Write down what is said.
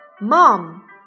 Mom